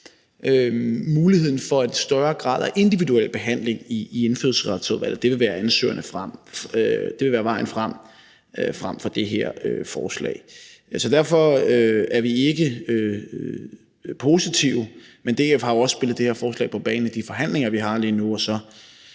muligheden for en større grad af individuel behandling i Indfødsretsudvalget. Det vil være vejen frem frem for det her forslag. Derfor er vi ikke positive. Men DF har jo også spillet det her forslag på banen i de forhandlinger, vi har lige nu,